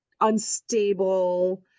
unstable